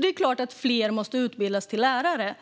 Det är klart att fler måste utbildas till lärare.